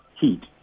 Heat